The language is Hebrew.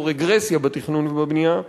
זו רגרסיה בתכנון ובבנייה.